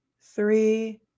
three